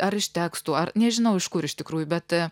ar iš tekstų ar nežinau iš kur iš tikrųjų bet